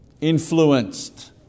influenced